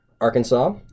Arkansas